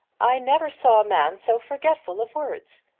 i never saw a man so forgetful of words.